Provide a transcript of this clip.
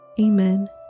Amen